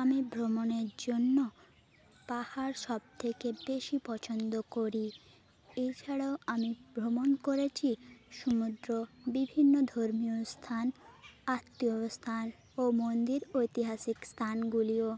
আমি ভ্রমণের জন্য পাহাড় সব থেকে বেশি পছন্দ করি এছাড়াও আমি ভ্রমণ করেছি সমুদ্র বিভিন্ন ধর্মীয় স্থান আত্মীয় স্থান ও মন্দির ঐতিহাসিক স্থানগুলিও